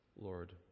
Lord